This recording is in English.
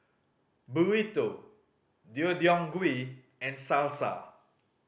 Burrito Deodeok Gui and Salsa